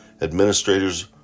administrators